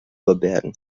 verbergen